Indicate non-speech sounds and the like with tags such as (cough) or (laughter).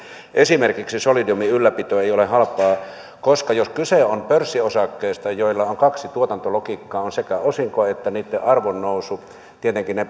esimerkiksi solidiumin ylläpito ei ole halpaa koska jos kyse on pörssiosakkeista joilla on kaksi tuotantologiikkaa on sekä osinko että niitten arvon nousu tietenkin ne (unintelligible)